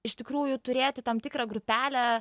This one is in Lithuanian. iš tikrųjų turėti tam tikrą grupelę